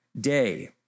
day